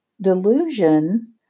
delusion